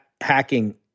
hacking